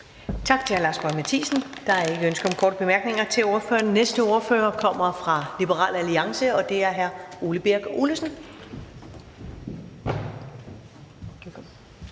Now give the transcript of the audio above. Tak til hr. Lars Boje Mathiesen. Der er ikke ønske om korte bemærkninger til ordføreren. Næste ordfører kommer fra Liberal Alliance, og det er hr. Ole Birk Olesen.